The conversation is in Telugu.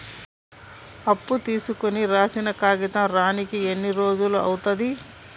అప్పు తీసుకోనికి రాసిన కాగితం రానీకి ఎన్ని రోజులు అవుతది?